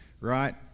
right